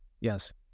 Yes